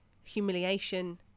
humiliation